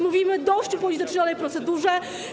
Mówimy: dość upolitycznionej procedurze.